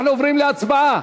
אנחנו עוברים להצבעה.